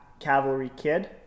CavalryKid